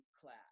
class